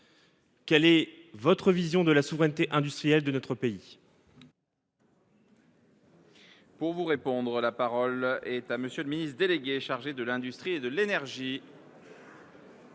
quelle est votre vision de la souveraineté industrielle de notre pays ?